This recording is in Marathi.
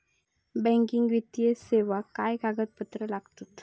बँकिंग वित्तीय सेवाक काय कागदपत्र लागतत?